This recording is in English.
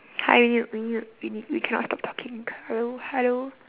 hi we need to we need to we we cannot stop talking hello hello